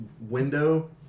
window